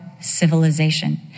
civilization